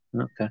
Okay